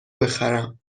بخرم